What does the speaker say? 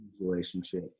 relationship